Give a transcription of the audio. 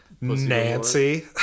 Nancy